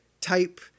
type